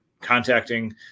contacting